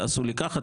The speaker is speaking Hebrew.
תעשו לי ככה,